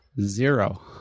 Zero